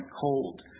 cold